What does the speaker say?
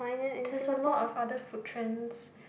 there's a lot of other food trends